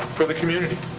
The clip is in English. for the community?